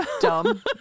dumb